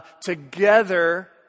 together